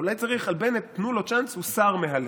אולי צריך על בנט: "תנו לו צ'אנס, הוא שׂר מהלב".